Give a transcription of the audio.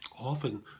Often